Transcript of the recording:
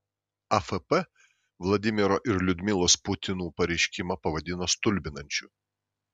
afp vladimiro ir liudmilos putinų pareiškimą pavadino stulbinančiu